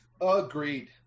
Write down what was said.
Agreed